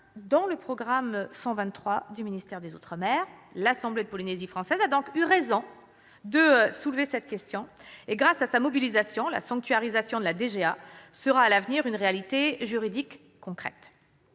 dans le programme 123 du ministère des outre-mer. L'assemblée de la Polynésie française a donc eu raison de soulever cette question et, grâce à sa mobilisation, la sanctuarisation de la DGA sera à l'avenir une réalité juridique concrète.